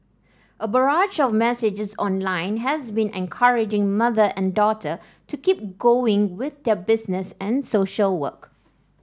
a barrage of messages online has been encouraging mother and daughter to keep going with their business and social work